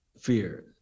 fear